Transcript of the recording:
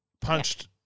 punched